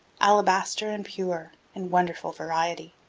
alabaster and pure, in wonderful variety.